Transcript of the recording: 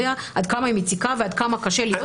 עד כמה היא מציקה ועד כמה קשה לעטות אותה,